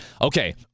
okay